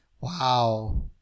Wow